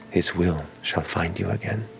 his will shall find you again,